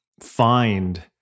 find